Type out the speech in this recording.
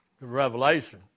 Revelation